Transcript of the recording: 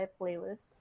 playlists